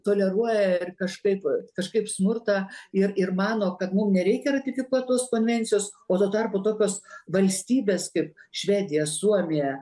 toleruoja ir kažkaip kažkaip smurtą ir ir mano kad mum nereikia ratifikuot tos konvencijos o tuo tarpu tokios valstybės kaip švedija suomija